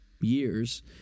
years